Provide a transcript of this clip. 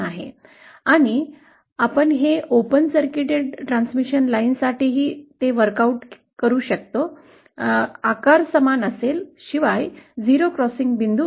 आणि आपण हे कार्य करू शकता की ओपन सर्कीटेड ट्रान्समिशन लाइनसाठी देखील आकार समान असेल शिवाय 0 क्रॉसिंगचे बिंदू